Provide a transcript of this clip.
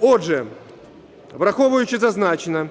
Отже, враховуючи зазначене,